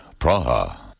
Praha